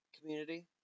community